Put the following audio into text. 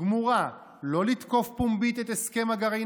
גמורה לא לתקוף פומבית את הסכם הגרעין